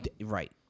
Right